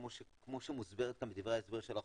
כמו שהיא מוסברת גם בדברי ההסבר של החוק,